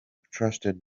trusted